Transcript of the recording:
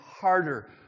harder